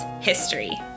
history